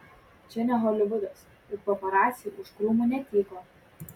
čia ne holivudas juk paparaciai už krūmų netyko